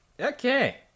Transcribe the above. Okay